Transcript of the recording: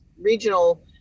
regional